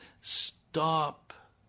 stop